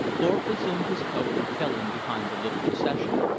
thorpe resumed his coat, and fell in behind the little procession.